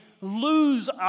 lose